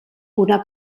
una